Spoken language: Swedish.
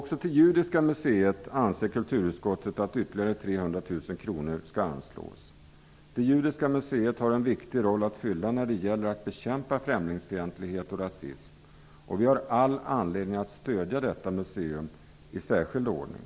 Kulturutskottet anser också att ytterligare 300 000 kr skall anslås till Judiska museet. Judiska museet har en viktig roll att fylla när det gäller att bekämpa främlingsfientlighet och rasism, och vi har all anledning att stödja detta museum i särskild ordning.